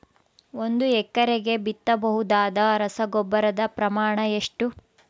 ಒಂದು ಎಕರೆಗೆ ಬಿತ್ತಬಹುದಾದ ರಸಗೊಬ್ಬರದ ಪ್ರಮಾಣ ಎಷ್ಟು?